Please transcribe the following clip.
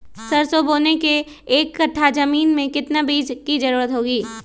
सरसो बोने के एक कट्ठा जमीन में कितने बीज की जरूरत होंगी?